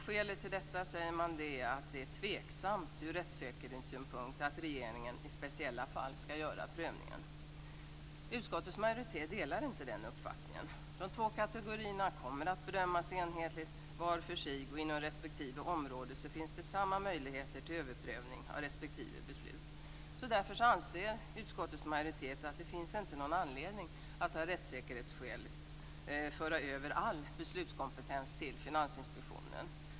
Skälet till detta är, säger man, att det är tveksamt ur rättssäkerhetssynpunkt att regeringen i speciella fall skall göra prövningen. Utskottets majoritet delar inte den uppfattningen. De två kategorierna kommer att bedömas enhetligt var för sig, och inom respektive område finns det samma möjligheter till överprövning av respektive beslut. Därför anser utskottets majoritet att det inte finns någon anledning att av rättssäkerhetsskäl föra över all beslutskompetens till Finansinspektionen.